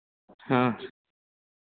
हाँ